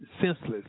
senseless